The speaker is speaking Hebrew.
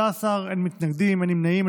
בעד, 13, אין מתנגדים, אין נמנעים.